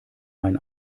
mein